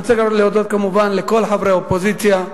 אני רוצה גם להודות כמובן לכל חברי האופוזיציה,